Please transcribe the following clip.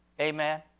Amen